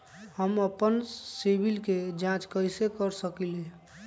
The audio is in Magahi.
हम अपन सिबिल के जाँच कइसे कर सकली ह?